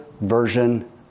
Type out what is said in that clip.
version